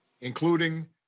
including